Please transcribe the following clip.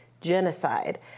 genocide